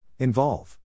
Involve